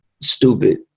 stupid